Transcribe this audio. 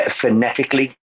phonetically